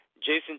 Jason